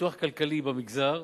לפיתוח כלכלי במגזר,